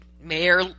mayor